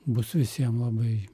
bus visiem labai